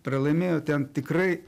pralaimėjo ten tikrai